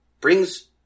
brings